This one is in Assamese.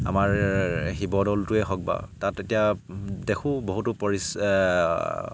আমাৰ শিৱদৌলটোৱেই হওক বা তাত এতিয়া দেখোঁ বহুতো পৰিচ